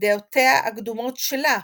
דעותיה הקדומות שלה,